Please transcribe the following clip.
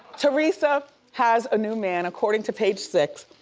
teresa has a new man according to page six,